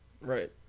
right